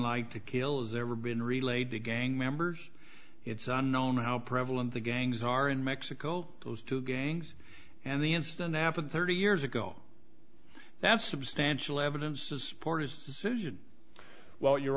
light to kill is ever been relayed to gang members it's unknown how prevalent the gangs are in mexico those two gangs and the incident happened thirty years ago that's substantial evidence to support his decision well you